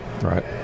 Right